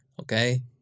Okay